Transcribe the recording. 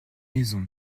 maison